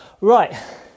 Right